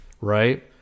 right